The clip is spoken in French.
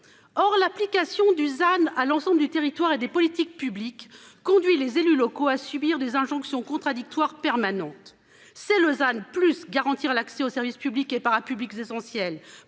Or l'application Dusan à l'ensemble du territoire et des politiques publiques conduit les élus locaux à subir des injonctions contradictoires permanentes c'est Lausanne plus garantir l'accès aux services publics et para-publics essentiels